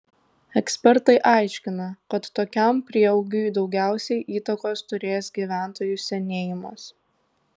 ekspertai aiškina kad tokiam prieaugiui daugiausiai įtakos turės gyventojų senėjimas